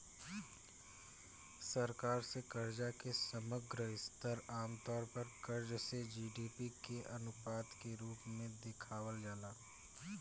सरकार से कर्जा के समग्र स्तर आमतौर पर कर्ज से जी.डी.पी के अनुपात के रूप में देखावल जाला